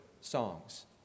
songs